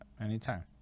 anytime